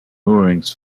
moorings